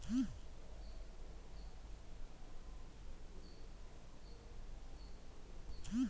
Canara bank, Vijaya bank, Karnataka bank, SBI ಕರ್ನಾಟಕದಲ್ಲಿನ ಪ್ರಮುಖ ಬ್ಯಾಂಕ್ಗಳಾಗಿವೆ